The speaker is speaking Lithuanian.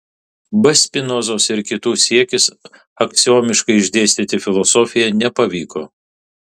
b spinozos ir kitų siekis aksiomiškai išdėstyti filosofiją nepavyko